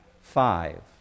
five